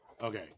Okay